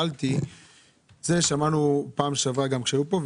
זה שמענו פעם שעברה כשהיו פה.